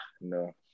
no